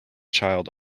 child